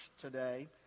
today